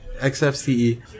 XFCE